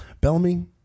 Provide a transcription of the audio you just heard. Bellamy